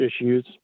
issues